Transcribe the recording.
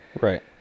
Right